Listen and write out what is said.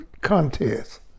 contest